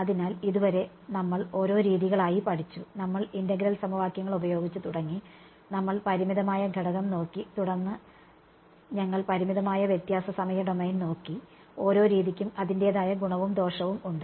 അതിനാൽ ഇതുവരെ ഞങ്ങൾ ഓരോ രീതികൾ ആയി പഠിച്ചു നമ്മൾ ഇന്റഗ്രൽ സമവാക്യങ്ങൾ ഉപയോഗിച്ച് തുടങ്ങി നമ്മൾ പരിമിതമായ ഘടകം നോക്കി തുടർന്ന് ഞങ്ങൾ പരിമിതമായ വ്യത്യാസ സമയ ഡൊമെയ്ൻ നോക്കി ഓരോ രീതിക്കും അതിന്റെതായ ഗുണവും ദോഷവും ഉണ്ട്